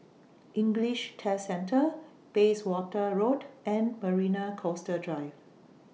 English Test Centre Bayswater Road and Marina Coastal Drive